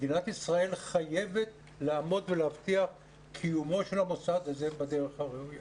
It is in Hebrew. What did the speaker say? מדינת ישראל חייבת לעמוד ולהבטיח את קיומו של המוסד הזה בדרך הראויה.